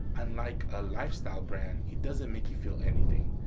unlike a lifestyle brand, it doesn't make you feel anything.